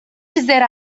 dizer